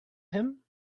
him